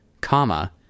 comma